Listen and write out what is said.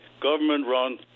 government-run